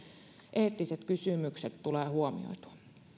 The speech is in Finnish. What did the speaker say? eettiset kysymykset tulevat huomioitua